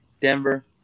Denver